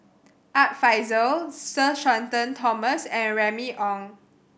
Art Fazil Sir Shenton Thomas and Remy Ong